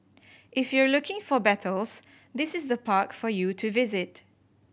if you're looking for battles this is the park for you to visit